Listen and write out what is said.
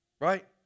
right